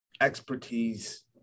expertise